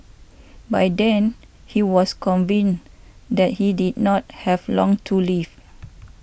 by then he was convinced that he did not have long to live